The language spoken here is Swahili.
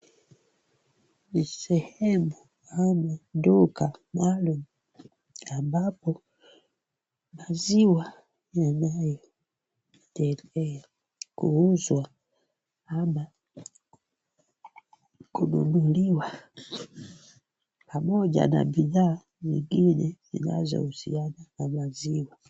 Ni sehemu ama duka maalum ambapo maziwa yanapelekwa kuuzwa ama kununuliwa pamoja na bidhaa zingine zinazohusiana na maziwa.